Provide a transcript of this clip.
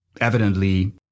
evidently